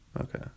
Okay